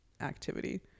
activity